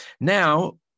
Now